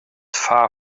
far